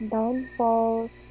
Downfalls